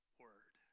word